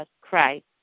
Christ